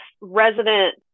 resident